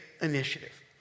initiative